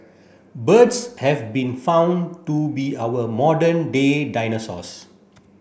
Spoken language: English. birds have been found to be our modern day dinosaurs